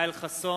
ישראל חסון,